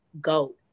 go